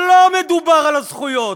לא מדובר על הזכויות.